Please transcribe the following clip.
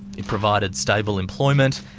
it provided stable employment,